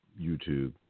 YouTube